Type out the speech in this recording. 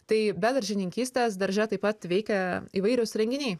tai be daržininkystės darže taip pat veikia įvairiūs renginiai